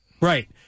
Right